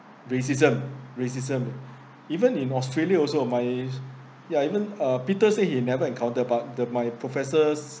racism racism even in australia also my ya even uh peter said he never encountered but the my professors